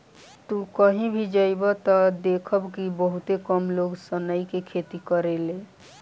तू कही भी जइब त देखब कि बहुते कम लोग सनई के खेती करेले